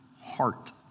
heart